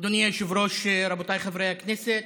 היושב-ראש, רבותיי חברי הכנסת,